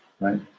right